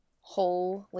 Holy